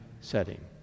setting